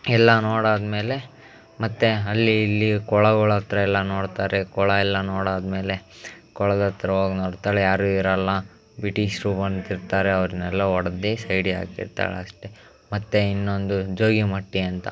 ಎಲ್ಲ ನೋಡಿ ಆದ್ಮೇಲೆ ಮತ್ತೆ ಅಲ್ಲಿ ಇಲ್ಲಿ ಕೊಳಗಳತ್ರ ಎಲ್ಲ ನೋಡ್ತಾರೆ ಕೊಳ ಎಲ್ಲ ನೋಡಿ ಆದ್ಮೇಲೆ ಕೊಳದತ್ರ ಹೋಗಿ ನೋಡ್ತಾಳೆ ಯಾರೂ ಇರೋಲ್ಲ ಬಿಟಿಷ್ರು ಹೊರ್ಟಿರ್ತಾರೆ ಅವ್ರನ್ನೆಲ್ಲ ಹೊಡ್ದಿ ಸೈಡಿಗೆ ಹಾಕಿರ್ತಾಳೆ ಅಷ್ಟೇ ಮತ್ತು ಇನ್ನೊಂದು ಜೋಗಿ ಮಟ್ಟಿ ಅಂತ